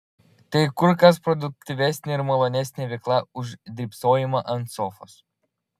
tai kur kas produktyvesnė ir malonesnė veikla už drybsojimą ant sofos